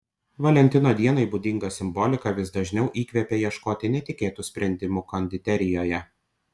valentino dienai būdinga simbolika vis dažniau įkvepia ieškoti netikėtų sprendimų konditerijoje